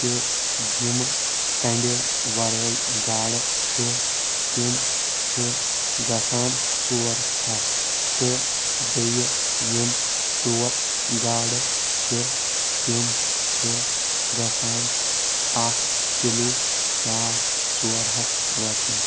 تہِ یِم کنٛڈٮ۪و ورٲے گاڈٕ چھِ تِم چھِ گژھان ژور ہتھ تہٕ یِم بییٚہِ یِم ٹروٹ گاڈٕ چھِ تِم چھِ گژھان اکھ کِلو ساڑ ژور ہتھ رۄپیہِ